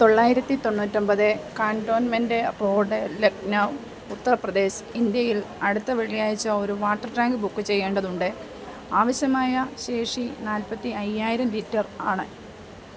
തൊള്ളായിരത്തി തൊണ്ണൂറ്റൊമ്പത് cantonment road Lucknow Uttar Pradesh ഇന്ത്യയിൽ അടുത്ത വെള്ളിയാഴ്ച്ച ഒരു വാട്ടർ ടാങ്ക് ബുക്ക് ചെയ്യേണ്ടതുണ്ട് ആവശ്യമായ ശേഷി നാല്പത്തി അയ്യായിരം ലിറ്റർ ആണ്